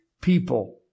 people